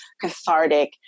cathartic